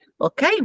Okay